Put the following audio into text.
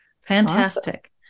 Fantastic